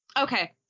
Okay